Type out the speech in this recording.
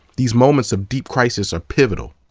these moments of deep crisis are pivotal.